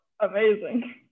amazing